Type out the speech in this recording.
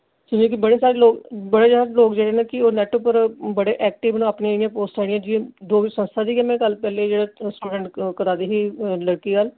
बड़े सारे लोग बड़े जैदा लोग जेह्डे़ न कि ओह् नैट्ट उप्पर बड़े ऐक्टिव न ओह् अपनियां इ'यां पोस्टां जेह्ड़ियां डोगरी संस्था दी गै में गल्ल करी लेई जेह्ड़ी स्टूडैंट करा दी ही लड़की गल्ल कि